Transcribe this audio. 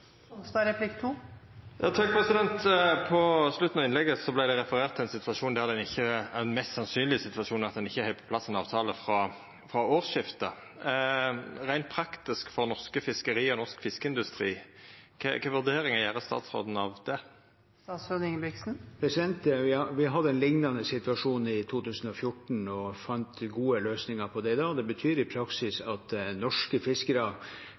På slutten av innlegget vart det referert til ein situasjon der ein – og det er mest sannsynleg – ikkje har fått på plass ein avtale frå årsskiftet. Reint praktisk for norske fiskeri og norsk fiskeindustri: Kva for vurderingar gjer statsråden av det? Vi hadde en lignende situasjon i 2014 og fant gode løsninger på det da. Det betyr i praksis at norske